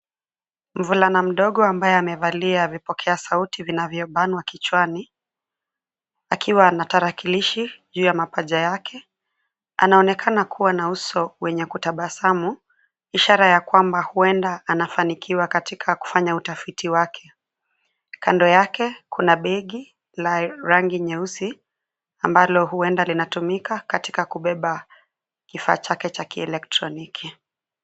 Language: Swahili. Mvulana mdogo ambaye amevalia vipokea sauti vinavyobana kichwani, akiwa na tarakilishi, juu ya mapaja yake, anaonekana kuwa na uso wenye kutabasamu, ishara ya kwamba huenda anafanikiwa katika kufanya utafiti wake, kando yake, kuna begi, la rangi nyeusi, ambalo huenda linatumika katika kubeba, kifaa chake cha kielektroniki.